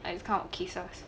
and this kind of cases